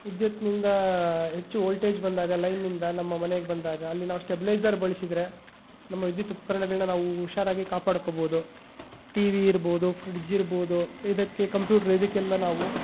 ವಿದ್ಯುತ್ನಿಂದ ಹೆಚ್ಚು ವೋಲ್ಟೇಜ್ ಬಂದಾಗ ಲೈನ್ನಿಂದ ನಮ್ಮ ಮನೆಗೆ ಬಂದಾಗ ಅಲ್ಲಿ ನಾವು ಸ್ಟಬಿಲೈಜರ್ ಬಳಸಿದರೆ ನಮ್ಮ ವಿದ್ಯುತ್ ಉಪಕರ್ಣಗಳ್ನ ನಾವು ಹುಷಾರಾಗಿ ಕಾಪಾಡಿಕೋಬೋದು ಟಿ ವಿ ಇರ್ಬೋದು ಫ್ರಿಡ್ಜ್ ಇರ್ಬೋದು ಇದಕ್ಕೆ ಕಂಪ್ಯೂಟ್ರು ಇದಕ್ಕೆಲ್ಲ ನಾವು